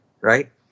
right